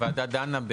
הוועדה דנה,